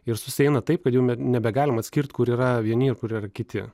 ir susieina taip kad jau nebegalim atskirti kur yra vieni ar kiti